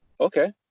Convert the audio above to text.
Okay